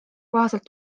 kohaselt